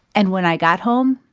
and when i got home,